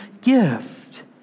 gift